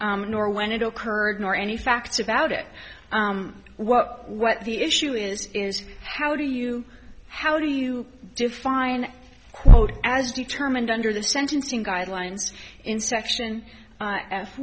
nor when it occurred nor any facts about it what what the issue is is how do you how do you define quote as determined under the sentencing guidelines in section